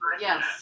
Yes